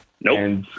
Nope